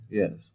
yes